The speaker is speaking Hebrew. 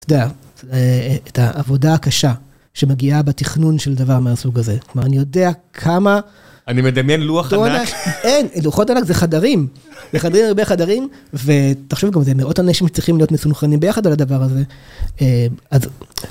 אתה יודע, את העבודה הקשה שמגיעה בתכנון של דבר מהסוג הזה. כלומר, אני יודע כמה... אני מדמיין לוח ענק. אין, לוח ענק זה חדרים. זה חדרים, הרבה חדרים, ותחשוב, גם זה מאות אנשים שצריכים להיות מסוכנים ביחד על הדבר הזה.